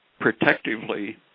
protectively